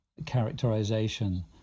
characterization